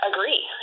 Agree